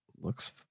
looks